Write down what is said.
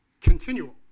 continual